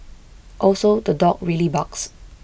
also the dog really barks